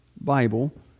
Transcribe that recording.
Bible